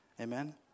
Amen